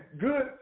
good